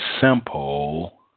simple